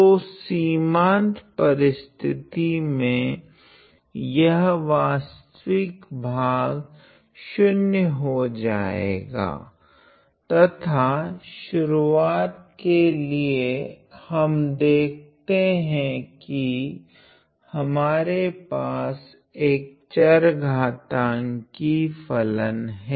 तो सीमांत परिस्थिति मे यह वास्तविक भाग शून्य होजाएगा तथा शुरुआत करने के लिए हम देखते हैं कि हमारे पास एक चरघातांकी फलन हैं